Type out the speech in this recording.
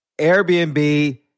Airbnb